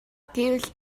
гэвэл